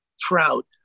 Trout